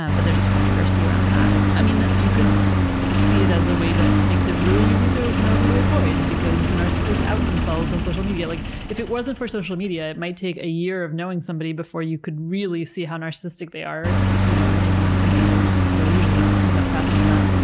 um but there's controversy around that. i mean, you could see it as a way that makes it really easy to know who to avoid because the narcissists out themselves on social media. like if it wasn't for social media it might take a year of knowing somebody before you could really see how narcissistic they are, you know, maybe in some cases, although usually it comes out faster than that.